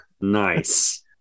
nice